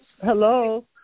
Hello